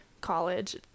college